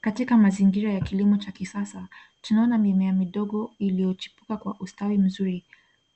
Katika mazingira ya kilimo cha kisasa, tunaona mimea midogo iliyochipuka kwa ustawi mzuri.